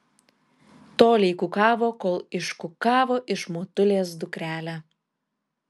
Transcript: tolei kukavo kol iškukavo iš motulės dukrelę